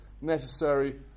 necessary